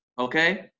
Okay